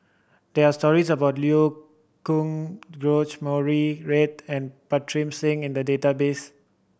there are stories about Liu Kang George Murray Reith and Pritam Singh in the database